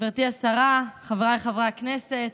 גברתי השרה, חבריי חברי הכנסת,